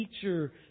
teacher